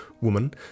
woman